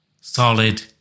solid